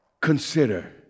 consider